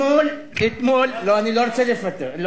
לא, אני לא רוצה לפתח.